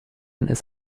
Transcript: ist